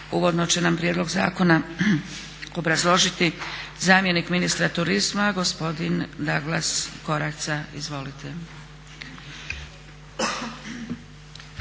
Uvodno će nam prijedlog zakona obrazložiti zamjenik ministra turizma gospodin Daglas Koraca. Izvolite.